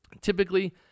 typically